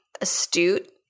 astute